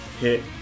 hit